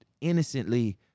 innocently